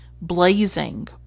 blazing